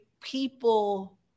people